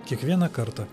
kiekvieną kartą